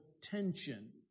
tension